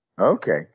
Okay